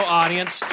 audience